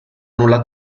nulla